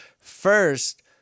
first